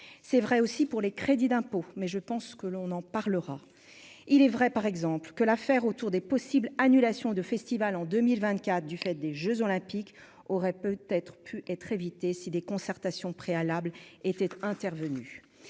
c'est vrai aussi pour les crédits d'impôt mais je pense que l'on en parlera, il est vrai par exemple que l'affaire autour des possibles annulations de festivals en 2024 du fait des jeux Olympiques aurait peut-être pu être évités si des concertations préalables était intervenus